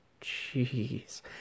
jeez